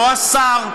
לא השר,